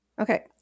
Okay